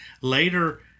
Later